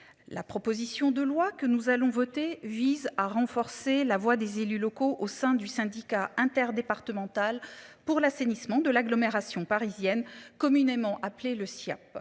La proposition de loi que nous allons voter vise à renforcer la voix des élus locaux au sein du Syndicat interdépartemental pour l'assainissement de l'agglomération parisienne, communément appelé le sien.